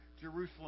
Jerusalem